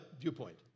viewpoint